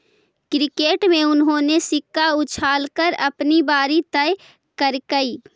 cricket में उन्होंने सिक्का उछाल कर अपनी बारी तय करकइ